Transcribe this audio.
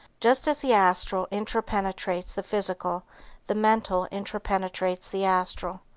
just as the astral interpenetrates the physical the mental interpenetrates the astral.